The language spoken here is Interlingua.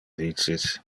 vices